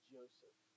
Joseph